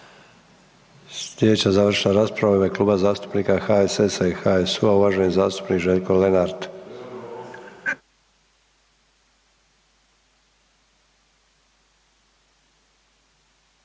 Sljedeća završna rasprava u ime Kluba zastupnika HSS-a i HSU-a uvaženi zastupnik Željko Lenart.